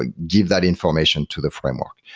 ah give that information to the framework,